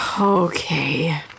Okay